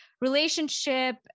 Relationship